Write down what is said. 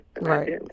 Right